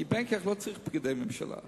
כי בין כך לא צריך פקידי ממשלה שיעשו,